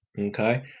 okay